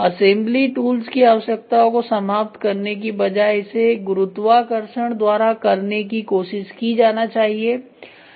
assembly tools की आवश्यकताओं को समाप्त करने की बजाय इसे गुरुत्वाकर्षण द्वारा करने की कोशिश की जाना चाहिए